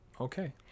Okay